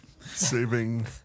Saving